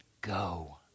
go